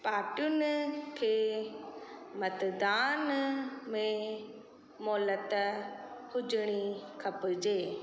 पार्टियुनि खे मतदान में मौलत हुजिणी खपिजे